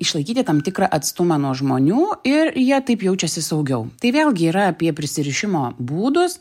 išlaikyti tam tikrą atstumą nuo žmonių ir jie taip jaučiasi saugiau tai vėlgi yra apie prisirišimo būdus